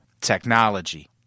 Technology